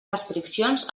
restriccions